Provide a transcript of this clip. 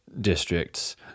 districts